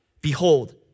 behold